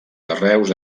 carreus